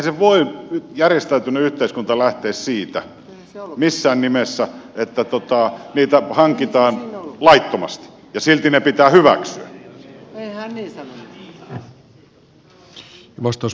siis eihän järjestäytynyt yhteiskunta voi lähteä missään nimessä siitä että niitä hankitaan laittomasti ja silti ne pitää hyväksyä